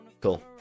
Cool